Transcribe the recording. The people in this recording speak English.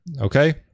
Okay